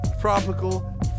tropical